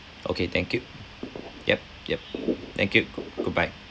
okay thank you yup yup thank you goo~ goodbye